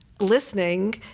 listening